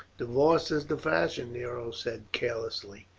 divorce is the fashion, nero said carelessly.